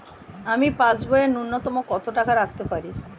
আমি পাসবইয়ে ন্যূনতম কত টাকা রাখতে পারি?